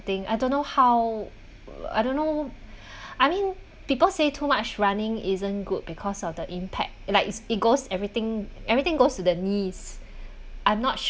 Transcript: I don't know how I don't know I mean people say too much running isn't good because of the impact like it's it goes everything everything goes to the knees I'm not sure